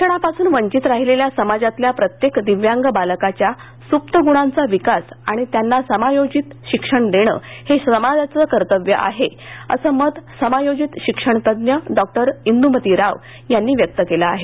शिक्षणापासून वंचित राहिलेल्या समाजातल्या प्रत्येक दिव्यांग बालकाच्या सुप्त गुणांचा विकास आणि त्यांना समायोजित शिक्षण देणं हे समाजाचं कर्तव्य आहे असं मत समायोजित शिक्षण तज्ञ डॉक्टर इंदुमती राव यांनी व्यक्त केलं आहे